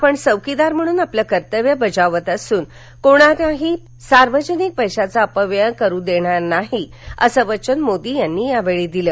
आपण चौकीदार म्हणून आपलं कर्त्तव्य बजावत असून कोणालाही सार्वजनिक पधीचा अपव्यय करु देणार नाही असं वचन मोदी यांनी यावेळी दिलं